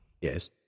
Yes